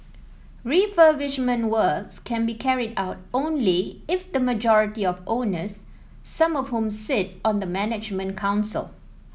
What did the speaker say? refurbishment works can be carried out only if the majority of owners some of whom sit on the management council